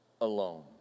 alone